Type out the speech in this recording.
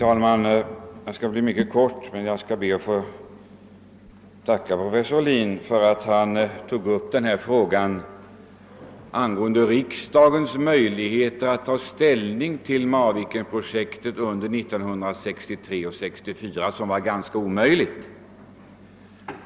Herr talman! Jag skall be att få tacka professor Ohlin för att han tog upp frågan om riksdagens möjligheter att 1963 och 1964 överväga Marvikenprojektet.